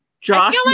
josh